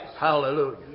Hallelujah